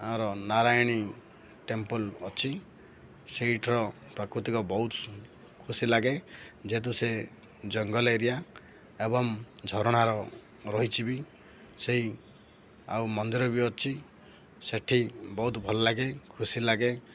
ଆମର ନାରାୟଣୀ ଟେମ୍ପଲ୍ ଅଛି ସେଇଠର ପ୍ରାକୃତିକ ବହୁତ ଖୁସି ଲାଗେ ଯେହେତୁ ସେ ଜଙ୍ଗଲ ଏରିଆ ଏବଂ ଝରଣାର ରହିଛି ବି ସେଇ ଆଉ ମନ୍ଦିର ବି ଅଛି ସେଠି ବହୁତ ଭଲ ଲାଗେ ଖୁସି ଲାଗେ